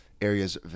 areas